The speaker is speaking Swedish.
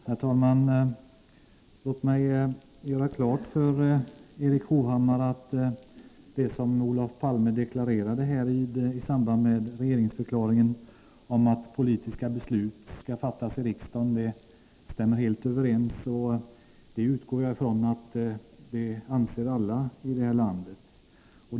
Herr talman! Låt mig göra klart för Erik Hovhammar att det som Olof Palme deklarerade i regeringsförklaringen, att politiska beslut skall fattas i riksdagen, stämmer helt överens med mina åsikter. Jag utgår från att alla här i landet har denna uppfattning.